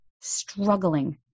struggling